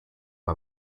bei